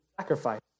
sacrifice